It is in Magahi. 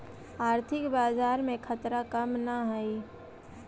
आर्थिक बाजार में खतरा कम न हाई